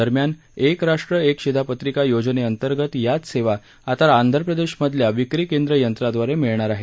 दरम्यान एक राष्ट्र एक शिधापत्रिका योजनेअंतर्गत याच सेवा आता आंधप्रदेशमधल्या विक्री केंद्र यंत्राद्वारे मिळणार आहेत